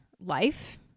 life